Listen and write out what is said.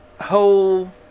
whole